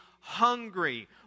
hungry